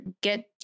get